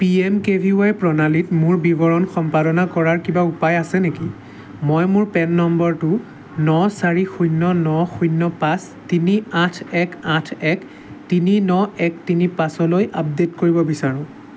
P M K V Y প্ৰণালীত মোৰ বিৱৰণ সম্পাদনা কৰাৰ কিবা উপায় আছে নেকি মই মোৰ পেন নম্বৰটো ন চাৰি শূন্য ন শূন্য পাঁচ তিনি আঠ এক আঠ এক তিনি ন এক তিনি পাঁচলৈ আপডে'ট কৰিব বিচাৰোঁ